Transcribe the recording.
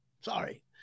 Sorry